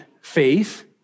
faith